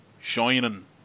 shining